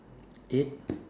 eight